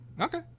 Okay